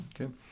Okay